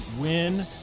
win